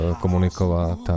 komunikovat